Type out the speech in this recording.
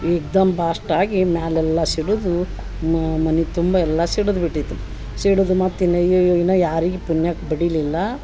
ಏಕ್ದಮ್ burst ಆಗಿ ಮ್ಯಾಲೆಲ್ಲ ಸಿಡಿದು ಮನೆ ತುಂಬ ಎಲ್ಲ ಸಿಡದು ಬಿಟ್ಟಿತು ಸಿಡದ ಮತ್ತೆ ಇನ್ ಅಯ್ಯಯ್ಯೋ ಇನ ಯಾರಿಗೆ ಪುನ್ಯಕ ಬಡಿಲಿಲ್ಲಾ